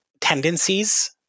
tendencies